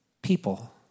people